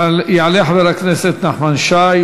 יעלה חבר הכנסת נחמן שי,